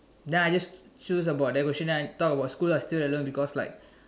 then I just choose about that question and then I talk about schools I still alone because like